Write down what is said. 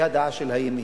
והיא הדעה של הימין.